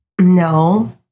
No